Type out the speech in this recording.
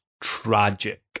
tragic